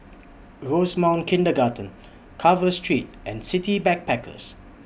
Rosemount Kindergarten Carver Street and City Backpackers